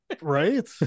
right